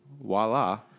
voila